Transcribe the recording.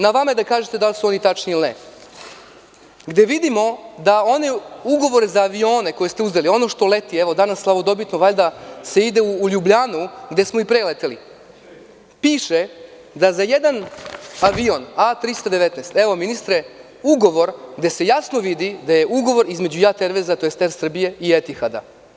Na vama je da kažete da li su oni tačni ili ne, gde vidimo da oni ugovori za avione koje ste uzeli, ono što leti, danas slavodobitno, ide se u Ljubljanu gde smo i pre leteli, piše da za jedan avion A319, ugovor gde se jasno vidi da je ugovor između JAT Ervejza, tj. Er Srbije i Etiharda.